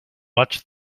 watch